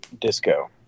disco